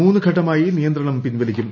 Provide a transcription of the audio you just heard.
മൂന്ന് ഘട്ടമായി നിയന്ത്രണം പിൻവലിക്കും